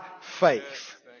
faith